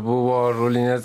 buvo ąžuolinės